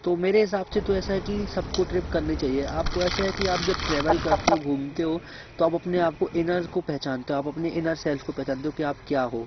तो मेरे हिसाब से तो ऐसा है कि सबको ट्रिप करनी चाहिए आपको ऐसा है कि आप जब ट्रेवल करते हो घूमते हो तो आप अपने आप को इनर्स को को पहचानते हो आप अपनी इनर सेल्फ को पहचानते हो कि आप क्या हो